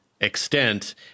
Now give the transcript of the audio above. extent